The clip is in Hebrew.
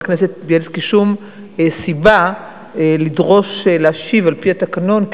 הכנסת בילסקי שום סיבה לדרוש להשיב על-פי התקנון,